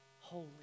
holy